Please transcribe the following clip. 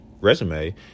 resume